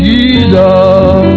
Jesus